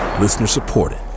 listener-supported